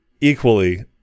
equally